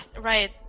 right